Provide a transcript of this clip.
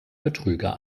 betrüger